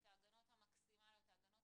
את ההגנות המקסימליות, ההגנות